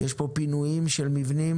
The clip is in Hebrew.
יש פה פינויים של מבנים.